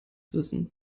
wissen